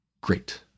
great